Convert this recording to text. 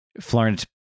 Florence